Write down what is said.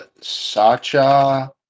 sacha